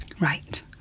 Right